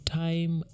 time